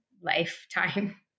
lifetime